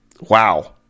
Wow